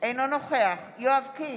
אינו נוכח יואב קיש,